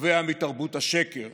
נובע מתרבות השקר